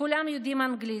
כולם יודעים אנגלית,